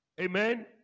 Amen